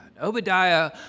Obadiah